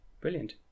Brilliant